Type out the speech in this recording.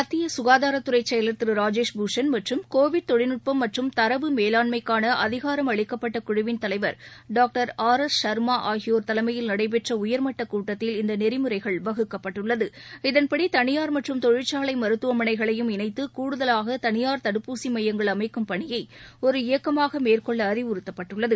மத்திய சுகாதாரத்துறை செயலாளர் திரு ராஜேஷ் பூஷண் மற்றும் கோவிட் தொழில்நுட்பம் மற்றும் தரவு மேலாண்மைக்கான அதிகாரம் அளிக்கப்பட்ட குழுவின் தலைவர் டாக்டர் ஆர் எஸ் ஷர்மா ஆகியோர் தலைமையில் நடைபெற்ற உயர்மட்டக் கூட்டத்தில் இந்த நெறிமுறைகள் வகுக்கப்பட்டுள்ளது இதன்படி தனியார் மற்றும் தொழிற்சாலை மருத்துவமனைகளையும் இணைத்து கூடுதலாக தனியார் தடுப்பூசி மையங்கள் அமைக்கும் பணியை ஒரு இயக்கமாக மேற்கொள்ள அறிவுறுத்தப்பட்டுள்ளது